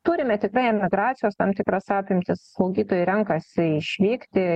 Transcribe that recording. turime tikrai emigracijos tam tikras apimtis slaugytojai renkasi išvykti